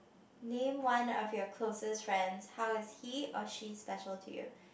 name one of your closest friends how is he or she special to you